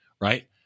right